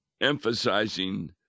emphasizing